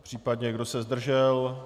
Případně kdo se zdržel?